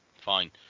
fine